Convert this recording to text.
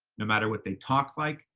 no matter what they talk like,